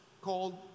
called